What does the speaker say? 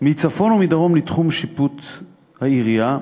מצפון ומדרום לתחום שיפוט העירייה.